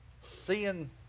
seeing